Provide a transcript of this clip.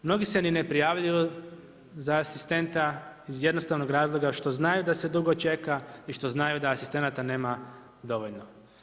Mnogi se ni ne prijavljuju za asistenta iz jednostavnog razloga što znaju da se dugo čeka i što znaju da asistenata nema dovoljno.